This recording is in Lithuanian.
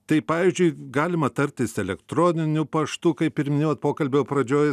tai pavyzdžiui galima tartis elektroniniu paštu kaip ir minėjote pokalbio pradžioj